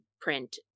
print